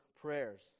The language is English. prayers